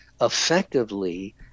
effectively